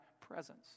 presence